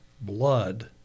blood